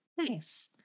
nice